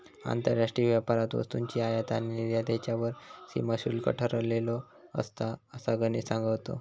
आंतरराष्ट्रीय व्यापारात वस्तूंची आयात आणि निर्यात ह्येच्यावर सीमा शुल्क ठरवलेला असता, असा गणेश सांगा होतो